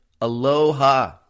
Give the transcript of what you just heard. Aloha